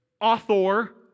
author